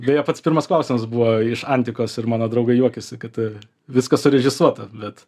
beje pats pirmas klausimas buvo iš antikos ir mano draugai juokiasi kad viskas surežisuota bet